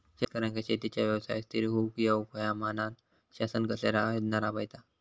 शेतकऱ्यांका शेतीच्या व्यवसायात स्थिर होवुक येऊक होया म्हणान शासन कसले योजना राबयता?